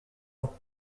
ans